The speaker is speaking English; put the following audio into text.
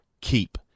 Keep